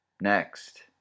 Next